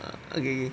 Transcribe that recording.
okay okay